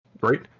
right